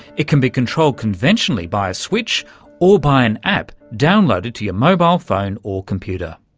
it can be controlled conventionally by a switch or by an app downloaded to your mobile phone or computer.